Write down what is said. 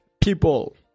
people